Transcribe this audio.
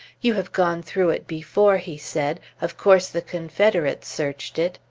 you have gone through it before, he said. of course, the confederates searched it.